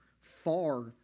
far